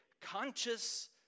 conscious